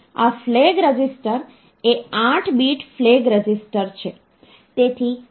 આ flag register એ 8 bit flag register છે